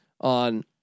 on